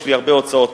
יש לי הרבה הוצאות,